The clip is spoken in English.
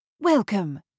Welcome